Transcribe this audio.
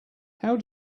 how